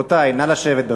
רבותי, נא לשבת.